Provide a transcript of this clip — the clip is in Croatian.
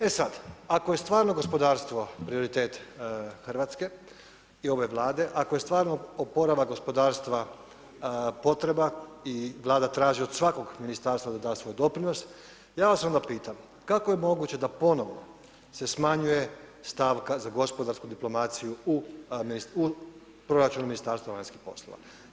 E sad, ako je stvarno gospodarstvo prioritet Hrvatske i ove Vlade, ako je stvarno oporavak gospodarstva potreba i Vlada traži od svakog ministarstva da da svoj doprinos, ja vas onda pitam kako je moguće da ponovno se smanjuje stavka za gospodarsku diplomaciju u proračun Ministarstva vanjskih poslova?